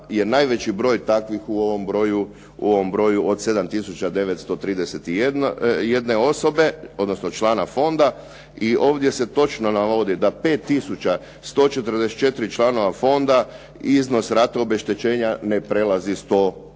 je najveći broj takvih u ovom broju od 7 tisuća 931 osobe, odnosno člana fonda. I ovdje se točno navodi da 5 tisuća 144 članova fonda, iznos rate obeštećenja ne prelazi 100